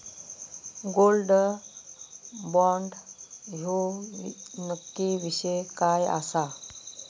Gold bond ह्यो नक्की विषय काय आसा?